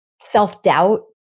self-doubt